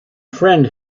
friend